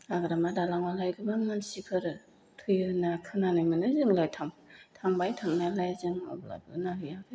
हाग्रामा दालाङावलाय गोबां मानसिफोर थैयो होनना खोनानो मोनो जोंलाय थांबाय थांनायलाय जों अब्लाबो नायहैयाखै